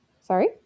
Sorry